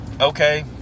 okay